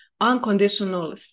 unconditional